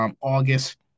August